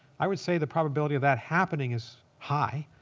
i would say the probability of that happening is high.